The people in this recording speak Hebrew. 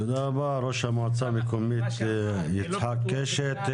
תודה רבה, ראש המועצה המקומית יצחק קשת.